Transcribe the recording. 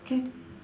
okay